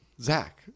Zach